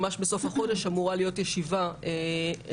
ממש בסוף החודש אמורה להיות ישיבה אצל